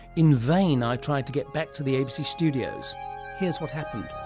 in vain i tried to get back to the abc studios here's what happened.